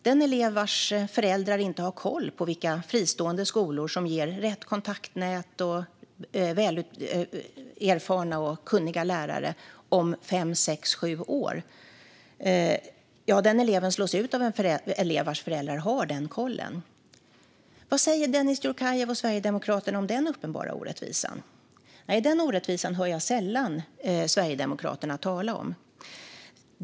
Den elev vars föräldrar inte har koll på vilka fristående skolor som ger rätt kontaktnät och som har erfarna och kunniga lärare om fem, sex eller sju år slås ut av en elev vars föräldrar har denna koll. Vad säger Dennis Dioukarev och Sverigedemokraterna om denna uppenbara orättvisa? Denna orättvisa hör jag sällan Sverigedemokraterna tala om.